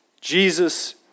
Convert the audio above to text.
Jesus